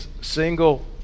single